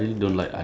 um